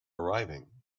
arriving